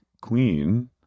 queen